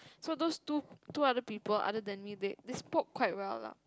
so those two two other people other than me they they spoke quite well lah